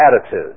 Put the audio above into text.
attitude